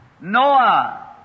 Noah